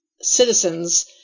citizens